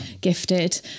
gifted